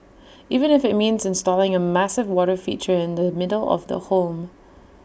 even if IT means installing A massive water feature in the middle of the home